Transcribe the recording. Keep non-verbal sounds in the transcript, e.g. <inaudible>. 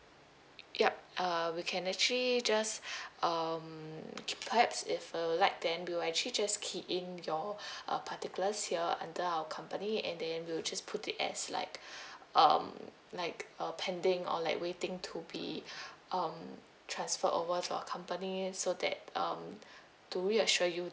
ya uh we can actually just <breath> um perhaps if you'll like then we'll actually just key in your <breath> uh particulars here under our company and then we'll just put it as like <breath> um like a pending or like waiting to be <breath> um transferred over to our company so that um <breath> to reassure you